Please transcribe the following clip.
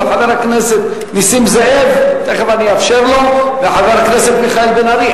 חבר הכנסת נסים זאב וחבר הכנסת מיכאל בן-ארי.